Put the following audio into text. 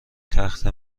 تخته